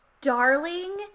darling